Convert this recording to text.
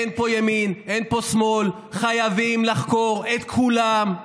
אין פה ימין, אין פה שמאל, חייבים לחקור את כולם.